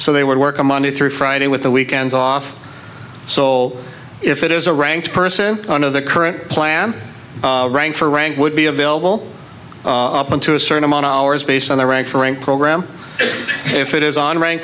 so they would work on monday through friday with the weekends off so if it is a rank person on of the current plan rank for rank would be available to a certain amount of hours based on their rank for rank program if it is on ran